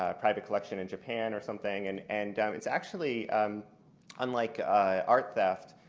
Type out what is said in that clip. ah private collection in japan or something. and and it's actually um unlike art theft,